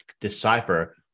decipher